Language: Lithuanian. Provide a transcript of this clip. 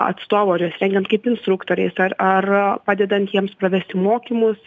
atstovų ar juos rengiant kaip instruktoriais ar ar padedant jiems pravesti mokymus